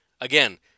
Again